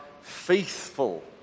faithful